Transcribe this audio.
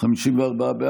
45 לא נתקבלה.